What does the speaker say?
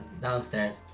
downstairs